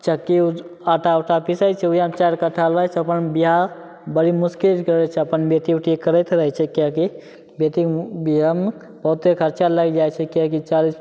चक्की आटा उटा पीसै छै अपन विवाह बड़ी मुश्किल सऽ करै छै अपन करैत रहै छै किएकि बेटी विवाहमे बहुते खरचा लागि जाइ छै किएकि